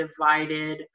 divided